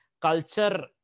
culture